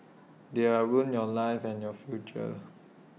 they are ruin your lives and your future